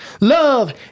Love